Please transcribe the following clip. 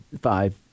five